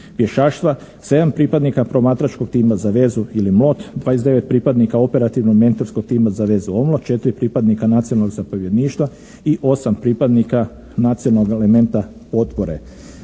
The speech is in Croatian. pješaštva, 7 pripadnika promatračkog tima za vezu ili mot, 29 pripadnika operativno-mentorskog tima za …/Govornik se ne razumije./…, 4 pripadnika nacionalnog zapovjedništva i 8 pripadnika nacionalnog elementa potpore